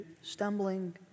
stumbling